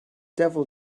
devil